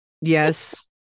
Yes